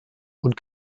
und